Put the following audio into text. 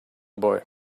boy